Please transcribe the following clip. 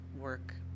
work